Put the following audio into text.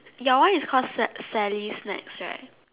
ya one is call Sa~ Sally's snacks right